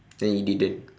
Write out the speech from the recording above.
then you didn't